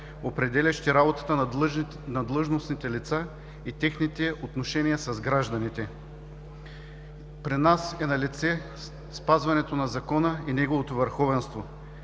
определящи работата на длъжностните лица и техните отношения с гражданите. При нас е налице спазването на закона и неговото върховенство,